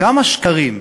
כמה שקרים,